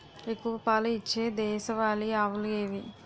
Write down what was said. ఎక్కువ పాలు ఇచ్చే దేశవాళీ ఆవులు ఏవి?